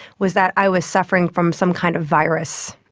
was that i was suffering from some kind of virus,